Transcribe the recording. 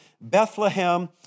Bethlehem